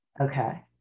Okay